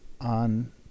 on